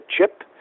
Chip